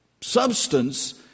substance